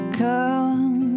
come